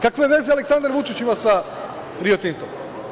Kakve veze Aleksandar Vučić ima sa „Rio Tintom“